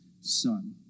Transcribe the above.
son